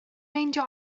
meindio